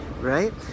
right